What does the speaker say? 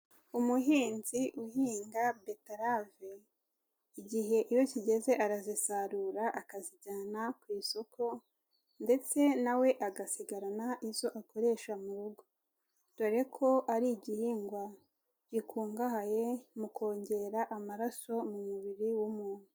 Umuhinzi uhinga beterave, igihe iyo kigeze arazisarura akazizijyana ku isoko ndetse na we agasigarana izo akoresha mu rugo, dore ko ari igihingwa gikungahaye mu kongera amaraso mu mubiri w'umuntu.